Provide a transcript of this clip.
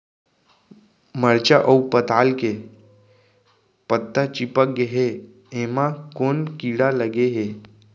मरचा अऊ पताल के पत्ता चिपक गे हे, एमा कोन कीड़ा लगे है?